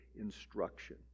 instruction